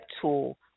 tool